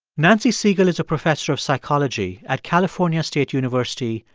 nancy segal is a professor of psychology at california state university,